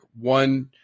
one